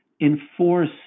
enforce